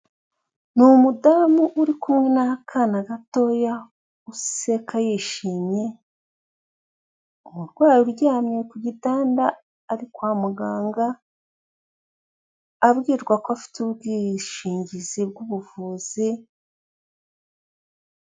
Ni umudamu uri kumwe n'akana gatoya useka yishimye; umurwayi uryamye ku gitanda ari kwa muganga, abwirwa ko afite ubwishingizi bw'ubuvuzi,...